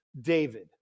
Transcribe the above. David